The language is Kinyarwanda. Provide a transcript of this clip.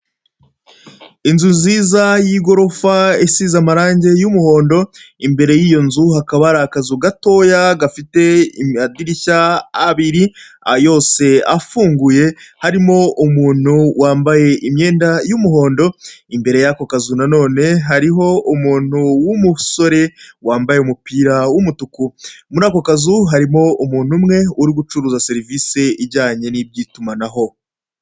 Inzu nziza y'igorofa isize amarange y'umuhondo, imbere y'iyo nzu hakaba hari akazu gatoya gafite amadirishya abiri yose afunguye harimo umuntu wambaye imyenda y'umuhondo, imbere y'ako kazu nanone hariho umuntu w'umusore wambaye umupira w'umutuku. Muri ako kazu harimo umuntu umwe uri gucuruza serivise ijyanye n'itumanaho.